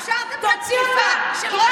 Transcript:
רק בצד הזה מוציאים.